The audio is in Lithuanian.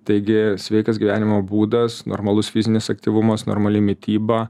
taigi sveikas gyvenimo būdas normalus fizinis aktyvumas normali mityba